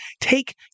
take